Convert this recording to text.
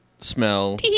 smell